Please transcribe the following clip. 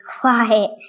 quiet